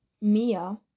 Mia